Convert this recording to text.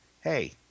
hey